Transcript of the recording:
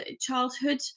childhood